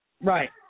right